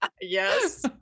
Yes